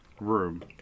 room